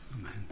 Amen